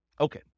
Okay